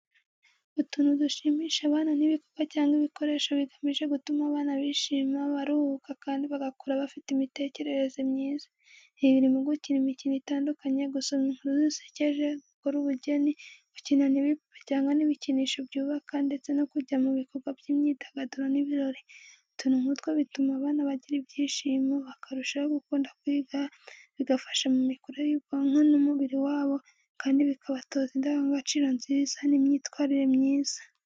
Utuntu dushimisha abana ni ibikorwa cyangwa ibikoresho bigamije gutuma abana bishima, baruhuka kandi bagakura bafite imitekerereze myiza. Ibi birimo gukina imikino itandukanye, gusoma inkuru zisekeje, gukora ubugeni, gukina n’ibipupe cyangwa ibikinisho byubaka, ndetse no kujya mu bikorwa by’imyidagaduro n’ibirori. Utuntu nk’utwo bituma abana bagira ibyishimo, bakarushaho gukunda kwiga, bigafasha mu mikurire y’ubwonko n’umubiri wabo kandi bikabatoza indangagaciro nziza n’imyitwarire myiza.